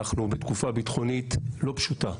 אנחנו במדינת ישראל בתקופה ביטחונית לא פשוטה,